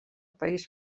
país